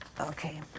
Okay